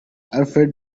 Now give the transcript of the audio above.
alfred